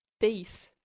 base